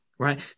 Right